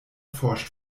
forscht